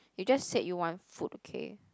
you just said you want food okay